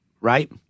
right